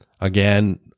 again